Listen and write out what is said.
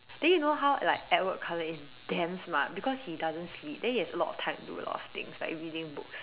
then you know how like Edward Cullen is damn smart because he doesn't sleep then he has a lot of time to do a lot of things like reading books